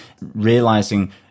realizing